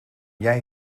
jij